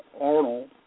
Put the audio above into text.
Arnold